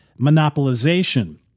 monopolization